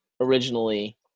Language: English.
originally